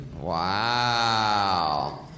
Wow